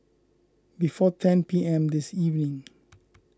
before ten P M this evening